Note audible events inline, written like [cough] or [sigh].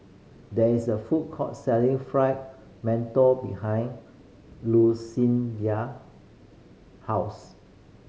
there is a food court selling Fried Mantou behind [unintelligible] house